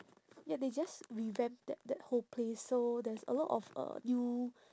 ya they just revamped that that whole place so there's a lot of uh new